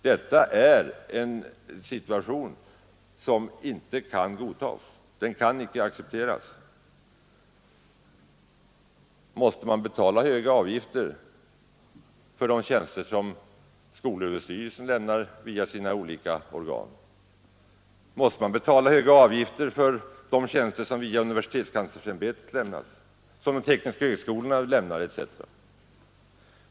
Detta är en situation som inte kan accepteras. Måste man betala höga avgifter för de tjänster som skolöverstyrelsen lämnar vid sina olika organ? Måste man betala höga avgifter för de tjänster som lämnas via universitetskanslersämbetet, av de tekniska högskolorna etc.?